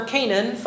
Canaan